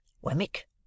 Wemmick